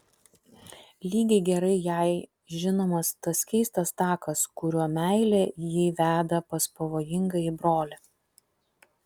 lygiai gerai jai žinomas tas keistas takas kuriuo meilė jį veda pas pavojingąjį brolį